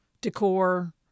Decor